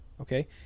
Okay